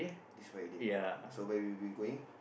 this Friday so where will you be going